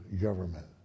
government